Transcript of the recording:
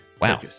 Wow